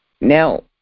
now